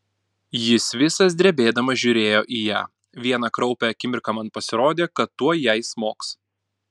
jis visas drebėdamas žiūrėjo į ją vieną kraupią akimirką man pasirodė kad tuoj jai smogs